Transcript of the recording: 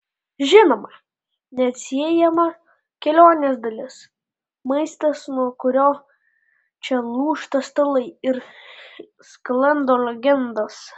žinoma neatsiejama kelionės dalis maistas nuo kurio čia lūžta stalai ir sklando legendos